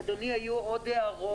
אדוני, היו עוד הערות.